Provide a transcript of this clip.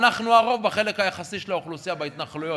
אנחנו הרוב בחלק היחסי של האוכלוסייה בהתנחלויות,